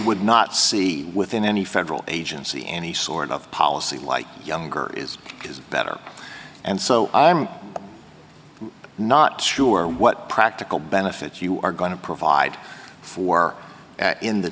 would not see within any federal agency any sort of policy like younger is because of that or and so i'm not sure what practical benefits you are going to provide for in the